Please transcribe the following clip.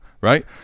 Right